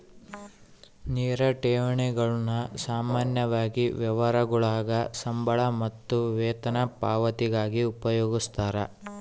ನೇರ ಠೇವಣಿಗಳನ್ನು ಸಾಮಾನ್ಯವಾಗಿ ವ್ಯವಹಾರಗುಳಾಗ ಸಂಬಳ ಮತ್ತು ವೇತನ ಪಾವತಿಗಾಗಿ ಉಪಯೋಗಿಸ್ತರ